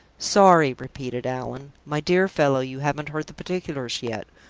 sorry! repeated allan. my dear fellow, you haven't heard the particulars yet.